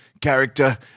character